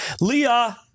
Leah